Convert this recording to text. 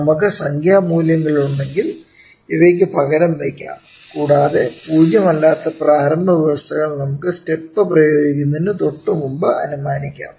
നമുക്ക് സംഖ്യാ മൂല്യങ്ങളുണ്ടെങ്കിൽ ഇവയ്ക്ക് പകരം വയ്ക്കാം കൂടാതെ 0 അല്ലാത്ത പ്രാരംഭ വ്യവസ്ഥകൾ നമുക്ക് സ്റ്റെപ്പ് പ്രയോഗിക്കുന്നതിന് തൊട്ടുമുമ്പ് അനുമാനിക്കാം